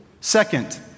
Second